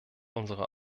unsere